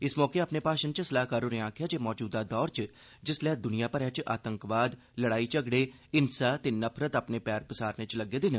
इस मौके अपने संबोधनै च सलाहकार होरें आक्खेआ जे मजूदा दौर च जिसलै दुनिया भरै च आतंकवाद लड़ाई झगड़े हिंसा ते नफरत अपने पैर पसारने च लग्गे दे न